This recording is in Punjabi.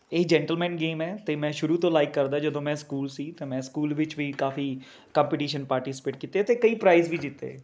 ਇਹ ਜੈਂਟਲਮੈਨ ਗੇਮ ਹੈ ਅਤੇ ਮੈਂ ਸ਼ੁਰੂ ਤੋਂ ਲਾਈਕ ਕਰਦਾ ਜਦੋਂ ਮੈਂ ਸਕੂਲ ਸੀ ਤਾਂ ਮੈਂ ਸਕੂਲ ਵਿੱਚ ਵੀ ਕਾਫੀ ਕੰਪੀਟੀਸ਼ਨ ਪਾਰਟੀਸਪੇਟ ਕੀਤੇ ਅਤੇ ਕਈ ਪ੍ਰਾਈਜ਼ ਵੀ ਜਿੱਤੇ